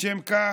משום כך,